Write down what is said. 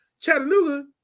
Chattanooga